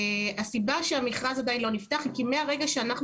הסיבה שהמכרז עדיין לא נפתח היא כי מהרגע שבו